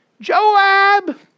Joab